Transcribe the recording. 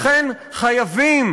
לכן חייבים